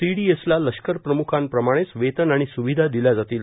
सीडीएसला लष्करप्रम्खांप्रमाणेच वेतन आणि स्विधा दिल्या जातील